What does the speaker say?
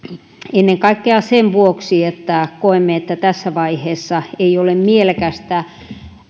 ennen kaikkea sen vuoksi että koemme että tässä vaiheessa ei ole mielekästä